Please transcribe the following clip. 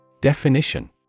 Definition